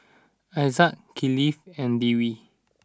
Aizat Kifli and Dwi